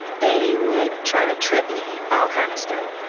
they would try to trip me, all kind of stuff